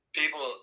people